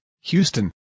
Houston